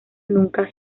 nunca